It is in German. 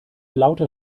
lauter